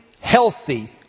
healthy